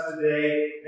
today